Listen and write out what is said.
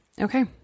Okay